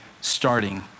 starting